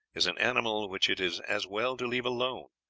is an animal which it is as well to leave alone,